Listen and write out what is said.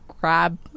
grab